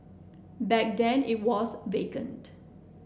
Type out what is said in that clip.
back then it was vacant